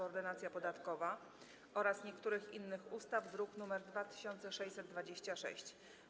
Ordynacja podatkowa oraz niektórych innych ustaw (druk nr 2626)